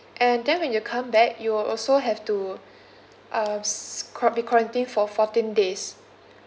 and then when you come back you will also have to uh s~ qua~ be quarantined for fourteen days